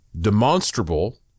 demonstrable